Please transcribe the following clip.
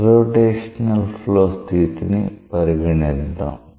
irrotational flow స్థితిని పరిగణిద్దాం